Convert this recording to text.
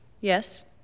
Yes